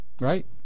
right